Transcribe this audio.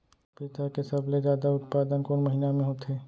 पपीता के सबले जादा उत्पादन कोन महीना में होथे?